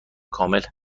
کامل